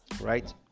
Right